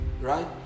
right